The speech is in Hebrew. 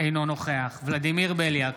אינו נוכח ולדימיר בליאק,